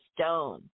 stone